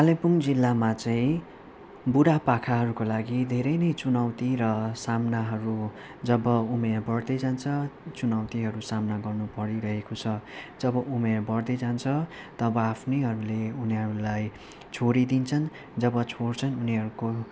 कालिम्पोङ जिल्लामा चाहिँ बुढा पाकाहरूको लागि धेरै नै चुनौती र सामनाहरू जब उमेर बड्दै जान्छ चुनौतीहरू सामना गर्नु परिरहेको छ जब उमेर बड्दै जान्छ तब आफ्नैहरूले उनीहरूलाई छोडिदिन्छन् जब छोड्छन् उनीहरूको